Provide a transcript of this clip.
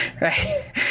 Right